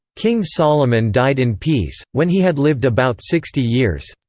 king solomon died in peace, when he had lived about sixty years.